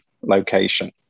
location